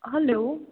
hello